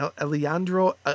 Alejandro